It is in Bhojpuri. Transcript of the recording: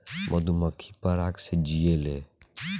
मधुमक्खी पराग से जियेले